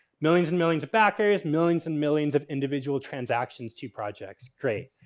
millions and millions of back various, millions and millions of individual transactions to projects. great.